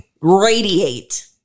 radiate